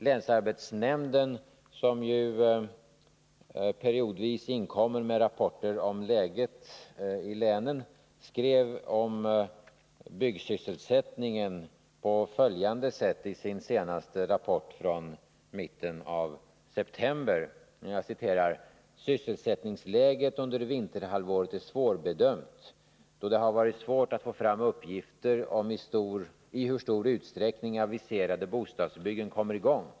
Länsarbetsnämnden, som ju periodvis inkommer med rapport om läget i länet, skrev om byggsysselsättningen på följande sätt i sin senaste rapport från mitten av september: ”Sysselsättningsläget under vinterhalvåret är svårbedömt, då det har varit svårt att få fram uppgifter om i hur stor utsträckning aviserade bostadsbyggen kommer igång.